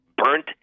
burnt